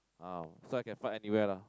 !wow! so I can fart anywhere lah